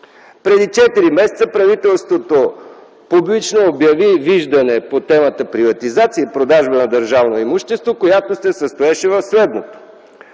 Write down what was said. четири месеца правителството публично обяви виждане по темата „Приватизация и продажба на държавно имущество”, която се състоеше в следното: